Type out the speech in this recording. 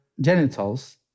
genitals